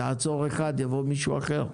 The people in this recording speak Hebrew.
אתה תעצור אחד, יבוא מישהו אחר.